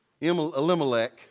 Elimelech